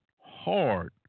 hard